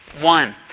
one